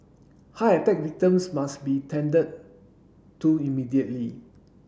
heart attack victims must be tended to immediately